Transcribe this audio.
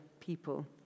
people